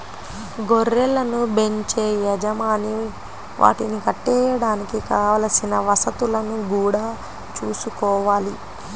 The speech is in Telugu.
గొర్రెలను బెంచే యజమాని వాటిని కట్టేయడానికి కావలసిన వసతులను గూడా చూసుకోవాలి